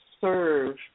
serve